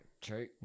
True